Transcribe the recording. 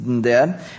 dead